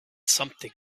something